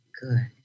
Good